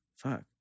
Fuck